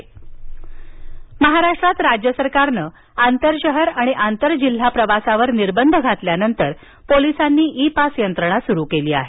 इ pass महाराष्ट्रात राज्य सरकारनं आंतर शहर आणि आंतर जिल्हाप्रवासावर निर्बंध घातल्यानंतर पोलिसांनी इ पास यंत्रणा सुरू केली आहे